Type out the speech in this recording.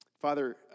Father